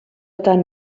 tant